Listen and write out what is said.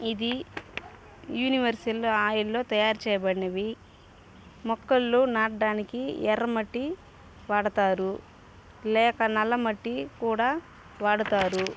ఇది యూనివర్సెల్లో ఆయిల్లో తయారు చేయబడినవి మొక్కల్లు నాటడానికి ఎర్రమట్టి వాడతారు లేక నల్ల మట్టి కూడా వాడతారు